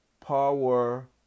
Power